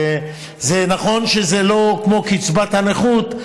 נכון שזה לא כמו קצבת הנכות,